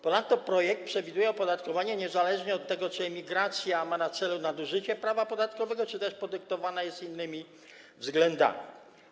Ponadto projekt przewiduje opodatkowanie niezależnie od tego, czy emigracja ma na celu nadużycie prawa podatkowego, czy też podyktowana jest innymi względami.